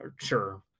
Sure